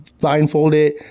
blindfolded